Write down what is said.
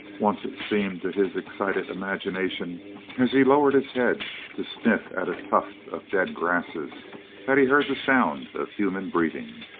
once it seemed to his excited imagination as he lowered his head to sniff at a tuft of dead grasses that he heard the sound of human breathing.